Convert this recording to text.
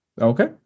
Okay